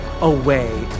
away